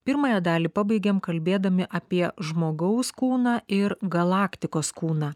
pirmąją dalį pabaigėm kalbėdami apie žmogaus kūną ir galaktikos kūną